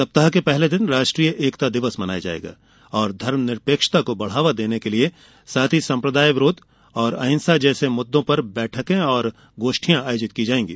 सप्ताह के पहले दिन राष्ट्रीय एकता दिवस मनाया जाएगा और धर्मनिरपेक्षता को बढावा देने तथा सम्प्रदायवाद विरोध और अहिंसा जैसे मुद्दों पर बैठकें और गोष्ठियां आयोजित की जाएंगी